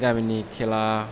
गामिनि खेला